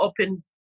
open